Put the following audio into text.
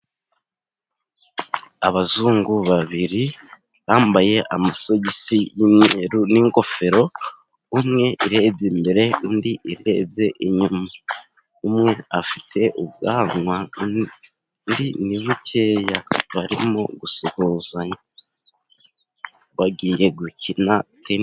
Abazungu babiri bambaye amasogisi y'umweru， n'ingofero， umwe irebye imbere， undi irebye inyuma， umwe afite ubwanwa, undi ni bukeya barimo gusuhuzanya， bagiye gukina rimwe.